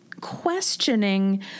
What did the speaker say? questioning